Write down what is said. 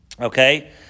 Okay